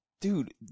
Dude